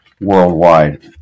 worldwide